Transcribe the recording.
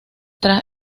tras